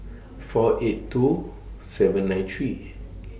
four eight two seven nine three